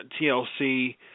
TLC